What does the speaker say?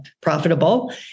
profitable